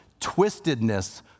twistedness